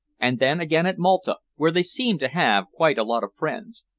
and then again at malta, where they seemed to have quite a lot of friends.